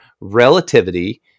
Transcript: Relativity